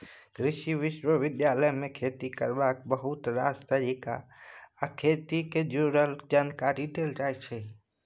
कृषि विश्वविद्यालय मे खेती करबाक बहुत रास तरीका आर खेत सँ जुरल जानकारी देल जाइ छै